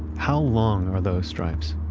how long are those stripes?